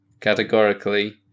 Categorically